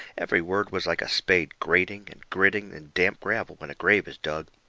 every word was like a spade grating and gritting in damp gravel when a grave is dug.